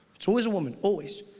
it's always a woman, always.